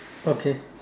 okay